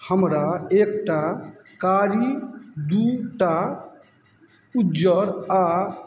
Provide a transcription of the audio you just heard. हमरा एक टा कारी दुइ टा उज्जर आओर